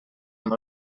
amb